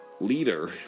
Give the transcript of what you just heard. leader